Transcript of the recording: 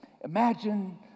imagine